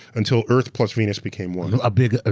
until earth plus venus became one. a big, ah